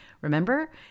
Remember